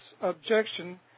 objection